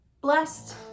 blessed